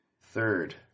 Third